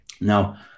Now